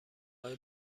های